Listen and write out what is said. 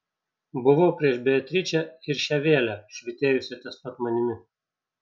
buvau prieš beatričę ir šią vėlę švytėjusią ties pat manimi